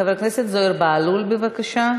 חבר הכנסת זוהיר בהלול, בבקשה.